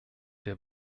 der